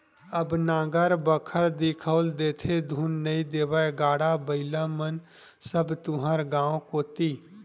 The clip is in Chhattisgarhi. अब नांगर बखर दिखउल देथे धुन नइ देवय गाड़ा बइला मन सब तुँहर गाँव कोती